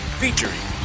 featuring